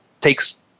takes